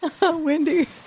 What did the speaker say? Windy